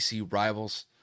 rivals